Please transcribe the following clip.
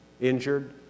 injured